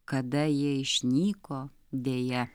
kada jie išnyko deja